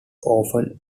often